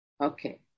Okay